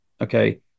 okay